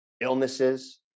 illnesses